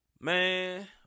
Man